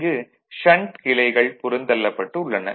இங்கு ஷன்ட் கிளைகள் புறந்தள்ளப்பட்டு உள்ளன